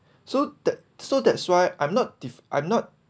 so that so that's why I'm not def~ I'm not